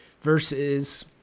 versus